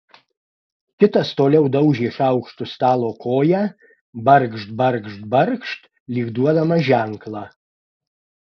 kitas toliau daužė šaukštu stalo koją barkšt barkšt barkšt lyg duodamas ženklą